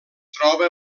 troba